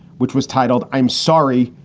which was titled i'm sorry,